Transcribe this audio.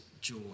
joy